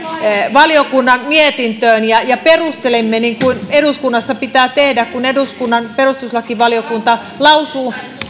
valiokunnan mietintöön ja ja perustelimme niin kuin eduskunnassa pitää tehdä kun eduskunnan perustuslakivaliokunta lausuu